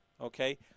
okay